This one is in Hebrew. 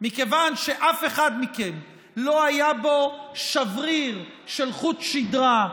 מכיוון שאף אחד מכם לא היה בו שבריר של חוט שדרה,